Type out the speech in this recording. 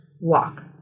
walk